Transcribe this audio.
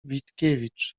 witkiewicz